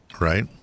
Right